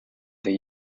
they